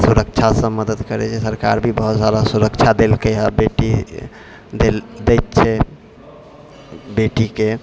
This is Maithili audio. सुरक्षासँ मदति करै छै सरकार भी बहुत सारा सुरक्षा देलकै है बेटी देल दै छै बेटीके